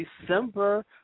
December